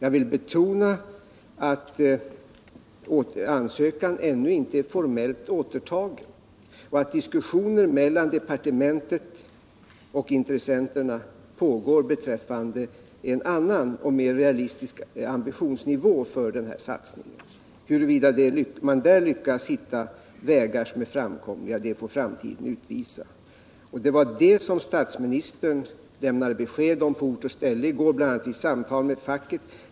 Jag vill 11 betona att ansökan ännu inte är formellt återtagen och att diskussioner mellan departementet och intressenterna pågår beträffande en annan och mer realistisk ambitionsnivå för den här satsningen. Huruvida man där lyckas hitta framkomliga vägar får framtiden utvisa. Det var det statsministern lämnade besked om på ort och ställe i går, bl.a. i samtal med facket.